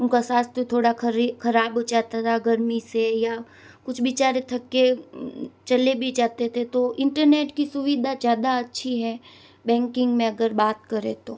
तो उन का स्वास्थ्य थोड़ा खरी ख़राब हो जाता था गर्मी से या कुछ बिचारे थक के चले भी जाते थे तो इंटरनेट की सुविधा ज़्यादा अच्छी है बैंकिंग में अगर बात करे तो